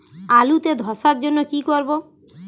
আলুতে ধসার জন্য কি করব?